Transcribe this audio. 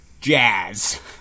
Jazz